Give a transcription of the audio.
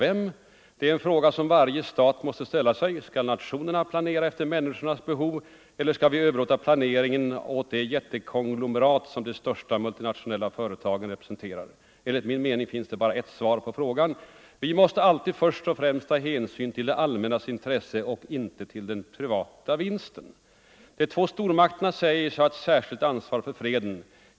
Detta är en fråga som varje stat måste ställa sig. Skall nationerna planera efter människornas behov? Eller Nr 127 skall de överlåta planeringen åt de jättekonglomerat som de största mul Fredagen den tinationella företagen representerar? Enligt min mening kan det bara fin 22 november 1974 nas ett svar på den frågan. Vi måste alltid först och främst ta hänsyn = till det allmännas intressen och inte till den privata vinsten. ---De = Ang. säkerhetsoch två stormakterna säger sig ha ett särskilt ansvar för freden.